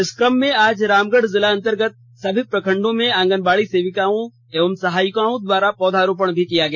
इस क्रम में आज रामगढ़ जिला अतर्गत सभी प्रखंडों में आगनबाड़ी सेविकाओं एवं सहायिकाओं द्वारा पौधारोपण किया गया